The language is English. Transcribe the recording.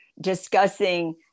discussing